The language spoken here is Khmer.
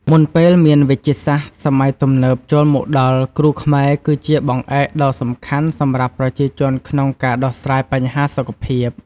មុនពេលមានវេជ្ជសាស្ត្រសម័យទំនើបចូលមកដល់ គ្រូខ្មែរគឺជាបង្អែកដ៏សំខាន់សម្រាប់ប្រជាជនក្នុងការដោះស្រាយបញ្ហាសុខភាព។